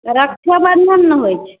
रक्षाबन्धन ने होइ छै